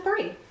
three